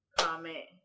comment